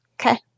Okay